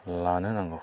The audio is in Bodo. लानो नांगौ